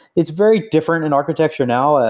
it's very different in architecture now.